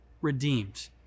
redeemed